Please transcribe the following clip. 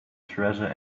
treasure